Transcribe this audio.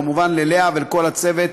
כמובן, ללאה ולכל הצוות